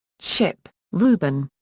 ship, reuben.